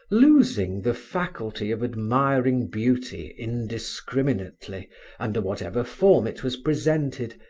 losing the faculty of admiring beauty indiscriminately under whatever form it was presented,